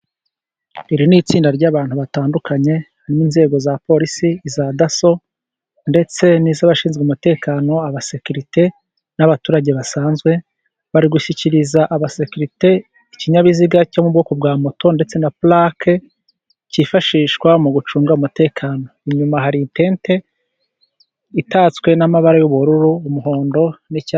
Iri ni itsinda ry'abantu batandukanye ni inzego za polisi, iza daso, ndetse n'iz'abashinzwe umutekano, abasekirite, n'abaturage basanzwe. Bari gushyikiriza abasekirite ikinyabiziga cyo mu bwoko bwa moto ndetse na purake, kifashishwa mu gucunga umutekano, inyuma haritente itatswe n'amabara y'ubururu umuhondo.